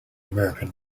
american